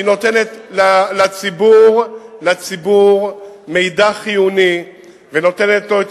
שנותנת לציבור מידע חיוני ונותנת לו את